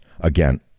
Again